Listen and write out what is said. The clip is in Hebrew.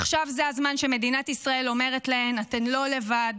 עכשיו זה הזמן שמדינת ישראל אומרת להן: אתן לא לבד,